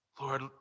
Lord